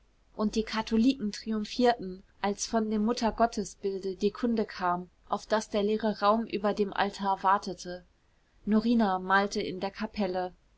und die katholiken triumphierten als von dem muttergottesbilde die kunde kam auf das der leere raum über dem altar wartete norina malte in der kapelle